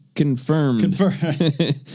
Confirmed